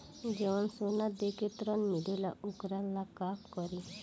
जवन सोना दे के ऋण मिलेला वोकरा ला का करी?